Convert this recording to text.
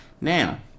Now